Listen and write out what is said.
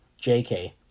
JK